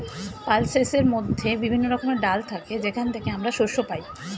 পালসেসের মধ্যে বিভিন্ন রকমের ডাল থাকে যেখান থেকে আমরা শস্য পাই